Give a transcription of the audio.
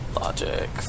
Logic